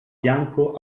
fianco